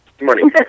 money